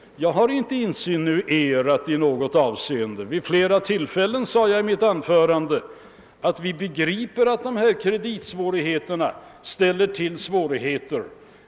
Jag har inte insinuerat någonting. Vid flera tillfällen sade jag i mitt förra anförande att vi begriper att kreditrestriktionerna ställer till svårigheter.